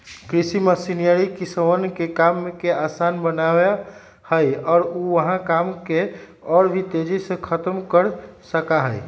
कृषि मशीनरी किसनवन के काम के आसान बनावा हई और ऊ वहां काम के और भी तेजी से खत्म कर सका हई